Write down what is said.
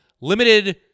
limited